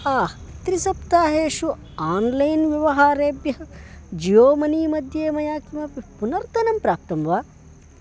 हा त्रिसप्ताहेषु आन्लैन् व्यवहारेभ्यः जीयो मनी मध्ये मया किमपि पुनर्धनं प्राप्तं वा